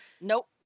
Nope